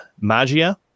magia